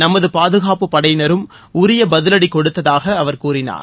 நமது பாதுகாப்புப் படையினரும் உரிய பதிவடி கொடுத்ததாக அவர் கூறினார்